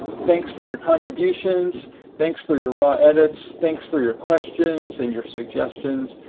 thanks for your contributions thanks for your raw edits thanks for your questions and your suggestions.